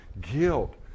guilt